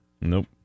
Nope